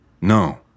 No